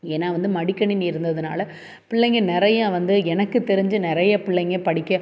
ஏன்னால் வந்து மடிக்கணினி இருந்ததுனால் பிள்ளைங்க நிறையா வந்து எனக்கு தெரிஞ்சு நிறைய பிள்ளைங்க படிக்க